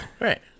Right